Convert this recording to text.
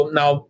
now